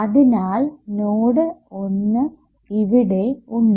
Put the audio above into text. അതിനാൽ നോഡ് 1 ഇവിടെ ഉണ്ട്